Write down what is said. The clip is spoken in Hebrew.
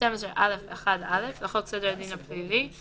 בסעיף 12(א)(1)(א) לחוק סדר הדין הפלילי ,